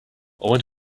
want